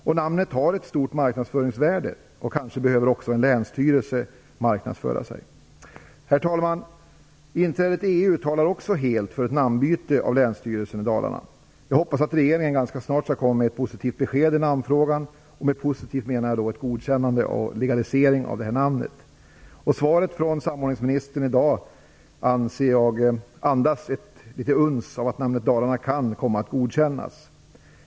Och namnet har ett stort marknadsföringsvärde, och kanske behöver också en länsstyrelse marknadsföra sig. Herr talman! Inträdet i EU talar också helt för ett namnbyte till Länsstyrelsen Dalarna. Jag hoppas att regeringen ganska snart skall komma med ett positivt besked i namnfrågan. Med positivt menar jag då ett godkännande och en legalisering av det här namnet. Svaret från samordningsministern i dag anser jag andas ett uns av att namnet Dalarna kan komma att godkännas.